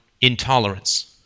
intolerance